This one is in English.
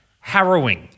Harrowing